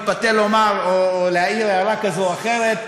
מתפתה לומר או להעיר הערה כזאת או אחרת,